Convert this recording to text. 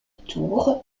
tour